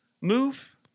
move